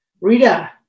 Rita